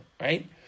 right